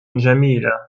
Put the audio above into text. جميلة